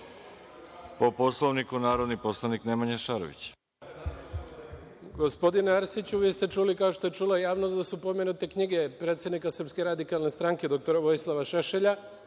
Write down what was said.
Poslovniku narodni poslanik Nemanja Šarović.